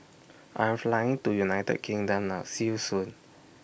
I Am Flying to United Kingdom now See YOU Soon